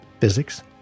physics